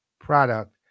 product